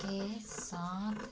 के साथ